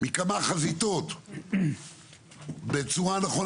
מכמה חזיתות בצורה נכונה,